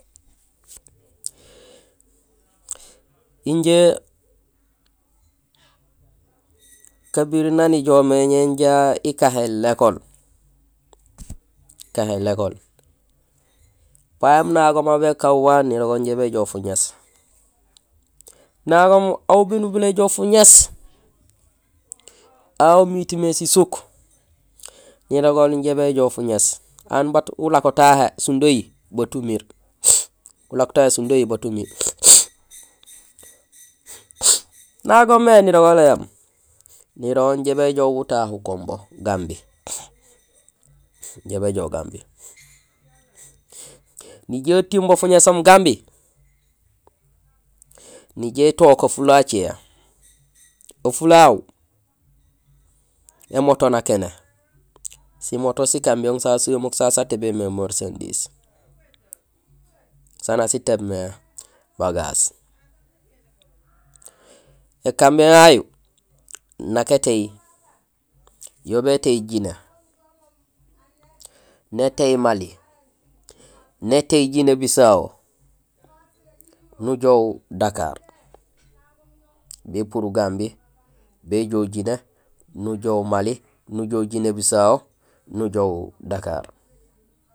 Injé kabiring nang ijoow mé jaa ikahéén l'école, payoom nagoom aw békaan wa nirégool injé bejoow fuŋéés, nagoom aw bééy nuñumé éjoow fuŋéés, aw ha miitmé sisúk, nirégool injé béjoow fuŋéés. Aan bat ulako tahé sindoyi bat umiir, nagoom mé nirégool éém. Nirégool injé béjoow butahu combo: Gambie, injé béjoow Gambie. Nijoow itiiŋ bo fuŋésoom Gambie, nijoow itook afulo acé; afulo hahu; émoto nakéné, simoto sicamiyon sasu semeek sasu satébémé marchandise; saan nak sitééb mé bagage. Ēkanbiyon yayu nak étééy, yo bétééy Guinée, nétééy Mali, nétééy Guinée Bissau, nujoow Dakar. Bépurul Gambie nujoow Guinée, nujoow Mali, nujoow Guinée Bissau, nujoow Dakar